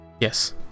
Yes